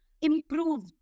improve